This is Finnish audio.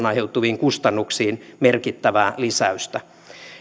aiheutuviin kustannuksiin merkittävää lisäystä